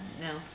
No